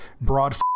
Broad